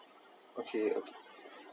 okay okay